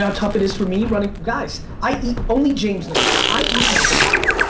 um tough it is for me running? guys i eat, only james knows this, i eat my dog food.